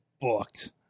booked